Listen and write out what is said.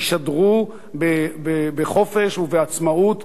ישדרו בחופש ובעצמאות,